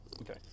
Okay